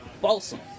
balsam